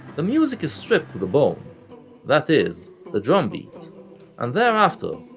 the music is stripped to the bone that is, the drum beat and thereafter,